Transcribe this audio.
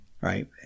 right